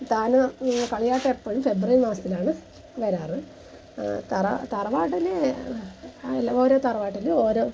താനം കളിയാട്ടം എപ്പോഴും ഫെബ്രുവരി മാസത്തിലാണ് വരാറ് തറ തറവാട്ടിൽ ഓരോ തറവാട്ടിലും ഒരോ